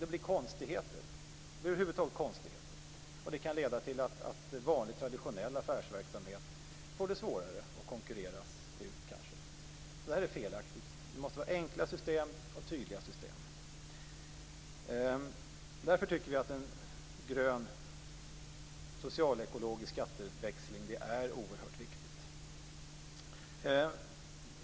Det blir konstigheter, och det kan leda till att vanlig traditionell affärsverksamhet får det svårare och kanske konkurreras ut. Detta är felaktigt. Det måste vara enkla och tydliga system. Därför tycker vi att en grön socialekologisk skatteväxling är oerhört viktig.